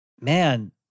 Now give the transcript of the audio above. Man